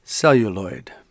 Celluloid